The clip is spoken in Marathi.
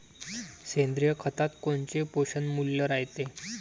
सेंद्रिय खतात कोनचे पोषनमूल्य रायते?